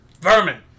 vermin